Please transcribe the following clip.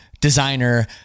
designer